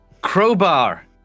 Crowbar